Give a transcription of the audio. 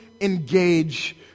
engage